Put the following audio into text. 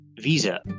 visa